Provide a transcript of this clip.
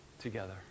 together